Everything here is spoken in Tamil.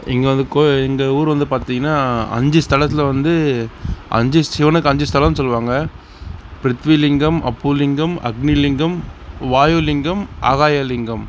இங்கே வந்து இந்த ஊர் வந்து பார்த்திங்கனா அஞ்சு ஸ்தலத்தில் வந்து அஞ்சு சிவனுக்கு அஞ்சு ஸ்தலம்னு சொல்லுவாங்க பிரித்வி லிங்கம் அப்பு லிங்கம் அக்னி லிங்கம் வாயு லிங்கம் ஆகாய லிங்கம்